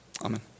amen